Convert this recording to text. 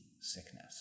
sickness